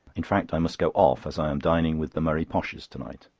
in fact i must go off, as i am dining with the murray poshs to-night.